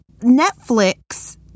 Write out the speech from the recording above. Netflix